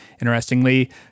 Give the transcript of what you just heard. Interestingly